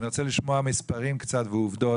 אני רוצה לשמוע מספרים ועובדות,